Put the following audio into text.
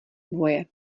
boje